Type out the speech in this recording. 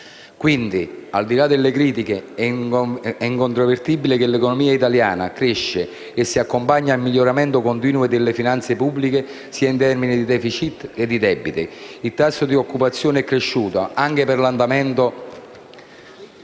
Quindi, al di là delle critiche, è incontrovertibile che l'economia italiana cresce, e che tale crescita si accompagna al miglioramento continuo delle finanze pubbliche, sia in termini di *deficit* che di debito. Il tasso di occupazione è cresciuto e anche l'andamento